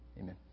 Amen